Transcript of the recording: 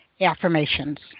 affirmations